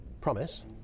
Promise